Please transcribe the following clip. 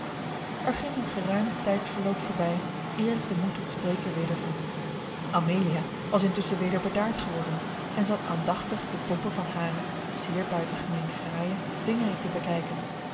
er ging een geruim tijdsverloop voorbij eer ik den moed tot spreken wedervond amelia was intusschen weder bedaard geworden en zat aandachtig de toppen van hare zeker buitengemeen fraaie vingeren te bekijken